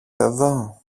εδώ